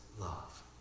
love